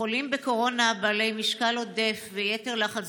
החולים בקורונה בעלי משקל עודף ויתר לחץ